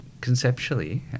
conceptually